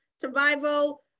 survival